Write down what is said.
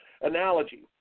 analogy